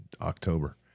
October